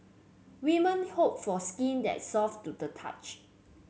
women hope for a skin that is soft to the touch